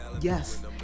Yes